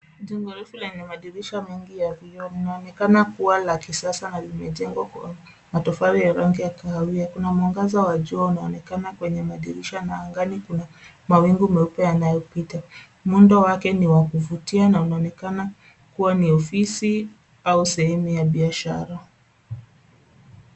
Jengo refu lenye madirisha mengi ya vioo, linaonekana kuwa la kisasa na limejengwa kwa matofali ya rangi ya kahawia. Kuna mwangaza wa jua unaonekana kwenye madirisha na angani kuna mawingu meupe yanayopita. Muundo wake ni wa uvutia na unaonekana kuwa ni ofisi au sehemu ya biashara.